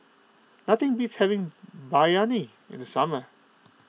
nothing beats having Biryani in the summer